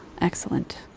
excellent